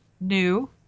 new